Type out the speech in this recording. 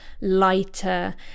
lighter